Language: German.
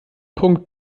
punkt